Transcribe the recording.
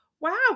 Wow